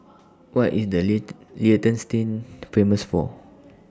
What IS The lit Liechtenstein Famous For